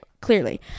Clearly